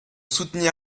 soutenir